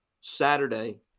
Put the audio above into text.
Saturday